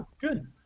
Good